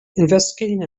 investigating